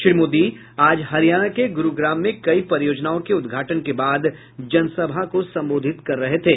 श्री मोदी आज हरियाणा के गुरूग्राम में कई परियोजनाओं के उदघाटन के बाद एक जनसभा को संबोधित कर रहे थे